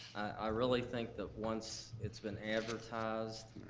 i really think that, once it's been advertised,